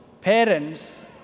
parents